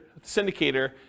syndicator